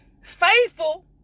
faithful